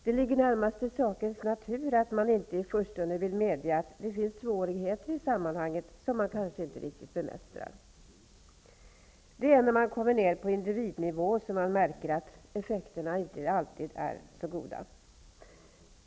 Det ligger närmast i sakens natur att man inte i förstone vill medge att det finns svårigheter i sammanhanget som man kanske inte riktigt bemästrar. Det är när man kommer ned på individnivå som man märker att effekterna inte alltid är så goda.